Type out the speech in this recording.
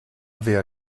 via